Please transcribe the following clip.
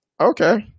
Okay